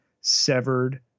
severed